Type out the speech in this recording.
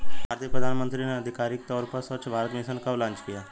भारतीय प्रधानमंत्री ने आधिकारिक तौर पर स्वच्छ भारत मिशन कब लॉन्च किया?